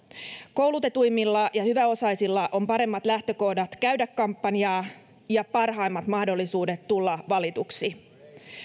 koulutetuimmilla ja hyväosaisilla on paremmat lähtökohdat käydä kampanjaa ja parhaimmat mahdollisuudet tulla valituksi